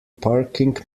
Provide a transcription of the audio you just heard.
parking